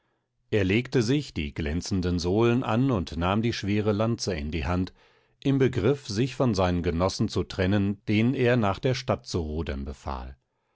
er legte sich die glänzenden sohlen an und nahm die schwere lanze in die hand im begriff sich von seinen genossen zu trennen denen er nach der stadt zu rudern befahl